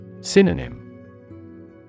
Synonym